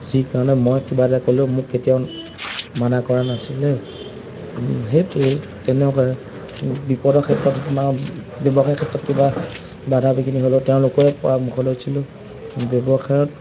যি কাৰণে মই কিবা এটা ক'লেও মোক কেতিয়াও মানা কৰা নাছিলে সেইটোৱে তেনেকুৱা বিপদৰ ক্ষেত্ৰত বা ব্যৱসায়ৰ ক্ষেত্ৰত কিবা বাধা বিঘিনি হ'লেও তেওঁলোকে পৰামৰ্শ লৈছিলোঁ ব্যৱসায়ত